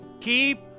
Keep